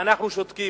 ואנחנו שותקים.